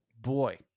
Boy